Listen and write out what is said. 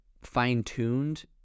fine-tuned